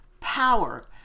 power